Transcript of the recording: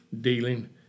dealing